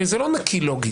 הרי זה לא נקי לוגית,